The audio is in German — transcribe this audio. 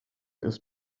ist